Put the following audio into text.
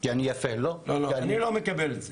--- אני לא מקבל את זה.